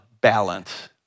balance